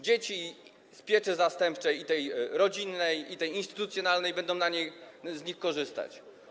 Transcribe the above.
Dzieci w pieczy zastępczej, i tej rodzinnej, i tej instytucjonalnej, będą z nich korzystać.